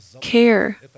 care